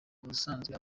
ubusanzwe